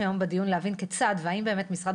בדיון היום ניתן דגש על ההבנה כיצד והאם באמת משרד